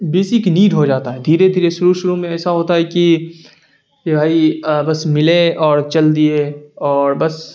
basic need ہو جاتا ہے دھیرے دھیرے شروع شروع میں ایسا ہوتا ہے کہ یہ بس ملے اور چل دیے اور بس